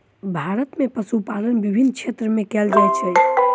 भारत में पशुपालन विभिन्न क्षेत्र में कयल जाइत अछि